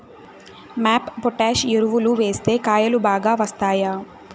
MOP potash ఎరువులు వేస్తే కాయలు బాగా వస్తాయా?